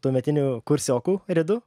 tuometiniu kursioku redu